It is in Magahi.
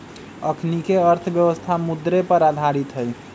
अखनीके अर्थव्यवस्था मुद्रे पर आधारित हइ